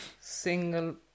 single